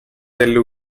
delle